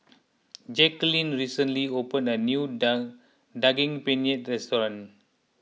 Jacquelin recently opened a new down Daging Penyet restaurant